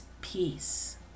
peace